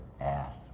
ask